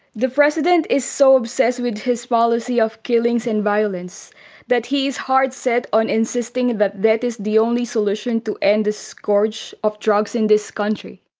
the president is so obsessed with his policy of killings and violence that he is hard-set on insisting that death is the only solution to end the scourge of drugs in this country.